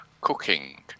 cooking